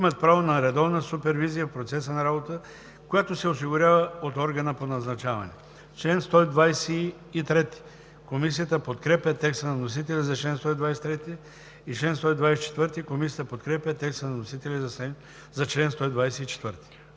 имат право на редовна супервизия в процеса на работа, която се осигурява от органа по назначаване.“ Комисията подкрепя текста на вносителя за чл. 123. Комисията подкрепя текста на вносителя за чл. 124.